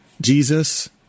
Jesus